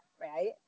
right